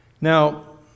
Now